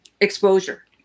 exposure